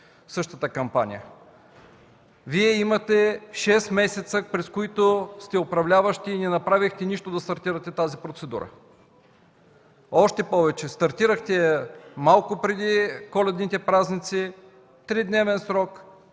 същата кампания. Вие имахте шест месеца, през които сте управляващи и не направихте нищо, за да стартирате тази процедура. Още повече – стартирахте я малко преди коледните празници в тридневен срок,